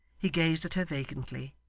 he gazed at her vacantly,